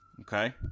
Okay